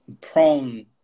prone